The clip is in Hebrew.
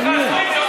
מה יהיה?